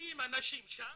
מביאים אנשים לשם,